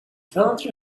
felt